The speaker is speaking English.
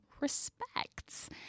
respects